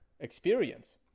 experience